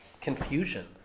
confusion